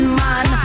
man